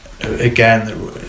again